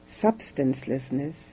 substancelessness